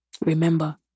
Remember